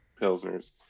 pilsners